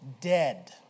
dead